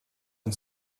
and